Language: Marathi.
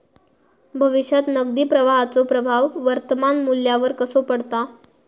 भविष्यात नगदी प्रवाहाचो प्रभाव वर्तमान मुल्यावर कसो पडता?